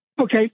Okay